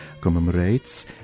commemorates